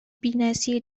بینظیر